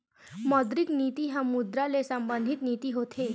मौद्रिक नीति ह मुद्रा ले संबंधित नीति होथे